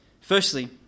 firstly